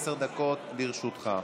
עשר דקות לרשותך.